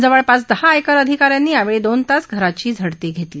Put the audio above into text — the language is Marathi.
जवळपास दहा आयकर अधिका यांनी यावेळी दोन तास घराची झडती घेतली